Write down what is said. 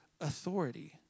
authority